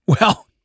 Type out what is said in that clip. Well-